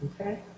Okay